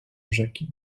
rzeki